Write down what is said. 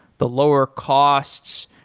the lower costs,